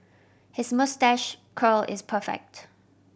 his moustache curl is perfect